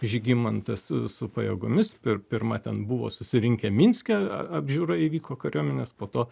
žygimantas su pajėgomis per pirma ten buvo susirinkę minske apžiūra įvyko kariuomenės po to